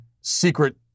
secret